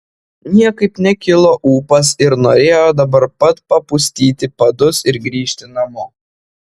niekaip nekilo ūpas ir norėjo dabar pat papustyti padus ir grįžti namo